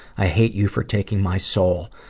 i hate you for taking my soul,